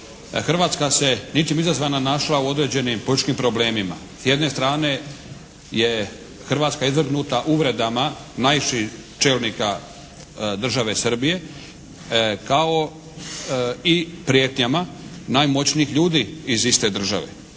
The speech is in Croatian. Hrvatska se ničim izazvana našla u određenim političkim problemima. S jedne strane je Hrvatska izvrgnuta uvredama najviših čelnika države Srbije kao i prijetnjama najmoćnijih ljudi iz iste države.